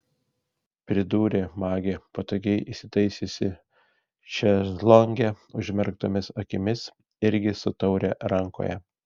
pridūrė magė patogiai įsitaisiusi šezlonge užmerktomis akimis irgi su taure rankoje